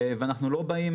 אנחנו לא באים